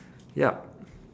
yup